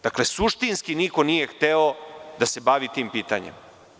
Dakle, suštinski niko nije hteo da se bavi tim pitanjem.